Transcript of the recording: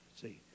See